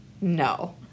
No